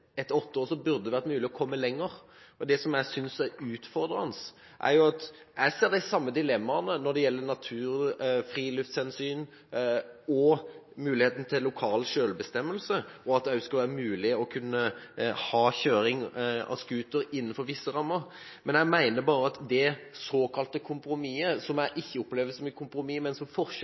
åtte år burde det vært mulig å komme lenger. Det jeg synes er utfordrende, er at jeg ser de samme dilemmaene når det gjelder natur, friluftshensyn og muligheten for lokal selvbestemmelse, og at det også skal være mulig å kunne ha snøscooterkjøring innenfor visse rammer. Jeg mener bare at det såkalte kompromisset, som jeg ikke opplever som et kompromiss, men som